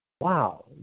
wow